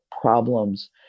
problems